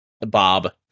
Bob